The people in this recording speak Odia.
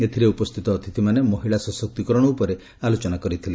ଏଥରେ ଉପସ୍ତିତ ଅତିଥମାନେ ମହିଳା ସଶକ୍ତୀକରଣ ଉପରେ ଆଲୋଚନା କରିଥିଲେ